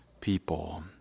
people